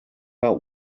out